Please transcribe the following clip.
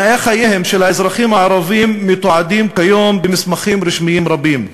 תנאי חייהם של האזרחים הערבים מתועדים כיום במסמכים רשמיים רבים.